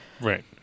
Right